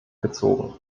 gezogen